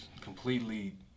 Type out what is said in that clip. completely